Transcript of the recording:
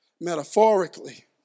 Metaphorically